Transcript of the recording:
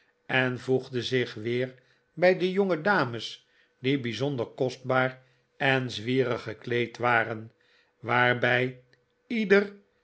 en voegde zich weer taij de jongedames die bijzonder kostbaar en zwierig gekleed waren waarbij ieder